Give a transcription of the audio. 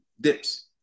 dips